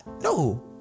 No